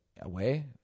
away